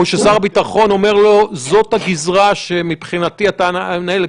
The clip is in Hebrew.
או שר הביטחון אומר לו: זאת הגזרה שמבחינתי אתה המנהל.